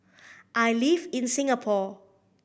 I live in Singapore